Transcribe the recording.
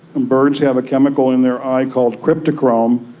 and birds have a chemical in their eye called cryptochrome,